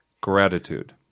Gratitude